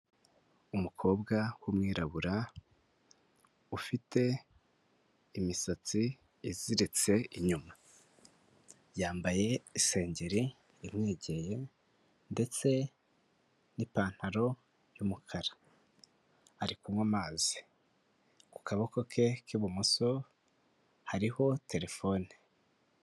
Umukobwa w'umwirabura ufite imisatsi iziritse inyuma, yambaye isengeri imwegeye ndetse n'ipantaro y'umukara. Ari kunywa amazi ku kaboko ke k'ibumoso hariho terefone.